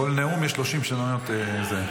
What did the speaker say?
לכל נאום יש 30 שניות הפסקה.